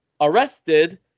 arrested